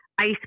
ice